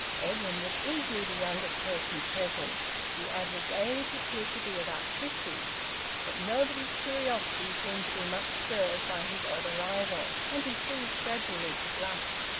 edwin was easily the youngest person present the average age appeared to be about fifty but nobody's curiosity seemed to be much stirred by his odd arrival, and he ceased gradually to blush.